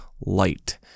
light